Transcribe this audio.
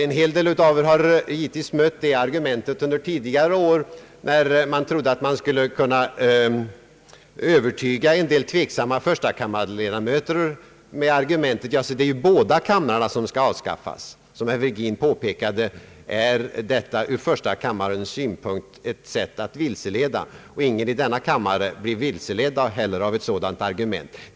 Under tidigare år ansågs det att en del tveksamma första kammarledamöter skulle kunna övertygas med argumentet att det är båda kamrarna som skall avskaffas. Som herr Virgin påpe kade, är detta ett försök att vilseleda, och ingen i denna kammare låter sig vilseledas av en sådan argumentering.